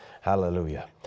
Hallelujah